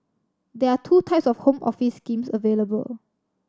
there are two types of Home Office schemes available